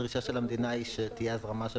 הדרישה של המדינה היא שתהיה הזרמה של